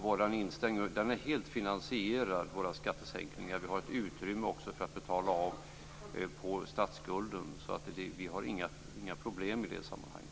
Våra skattesänkningar är helt finansierade. Vi har också ett utrymme för att betala av på statsskulden. Vi har inga problem i det sammanhanget.